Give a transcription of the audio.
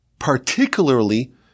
particularly